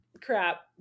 crap